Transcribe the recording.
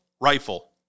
rifle